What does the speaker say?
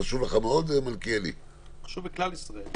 חשוב לך מאוד, חבר הכנסת